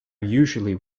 usually